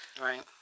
Right